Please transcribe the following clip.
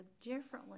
differently